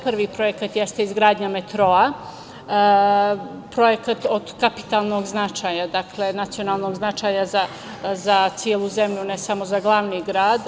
Prvi projekat jeste izgradnja metroa, projekat od kapitalnog značaja, dakle nacionalnog značaja za celu zemlju, a ne samo za glavni grad.